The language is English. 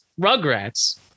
Rugrats